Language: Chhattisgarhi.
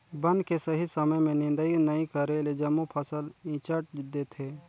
बन के सही समय में निदंई नई करेले जम्मो फसल ईचंट देथे